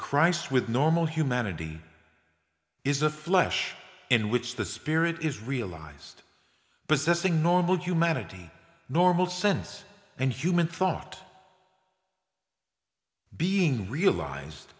christ with normal humanity is a flesh in which the spirit is realized possessing normal humanity normal sense and human thought being realized